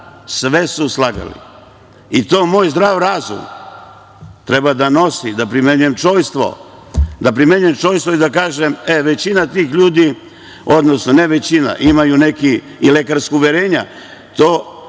Sve su slagali. To moj zdrav razum treba da nosi, da primenjujem čojstvo i da kažem – e, većina tih ljudi, odnosno ne većina, imaju neki i lekarska uverenja, to